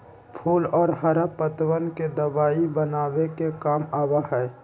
फूल और हरा पत्तवन के दवाई बनावे के काम आवा हई